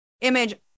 image